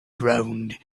ground